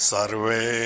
Sarve